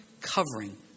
covering